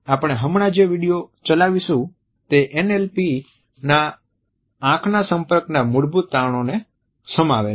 આપણે હમણાં જે વિડિયો ચલાવીશું તે NLP ના આંખના સંપર્ક ના મૂળભૂત તારણોને સમાવે છે